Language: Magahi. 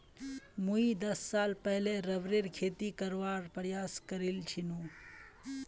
मुई दस साल पहले रबरेर खेती करवार प्रयास करील छिनु